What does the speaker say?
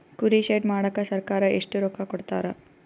ಕುರಿ ಶೆಡ್ ಮಾಡಕ ಸರ್ಕಾರ ಎಷ್ಟು ರೊಕ್ಕ ಕೊಡ್ತಾರ?